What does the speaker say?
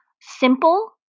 simple